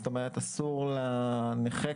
כלומר אסור לנכה,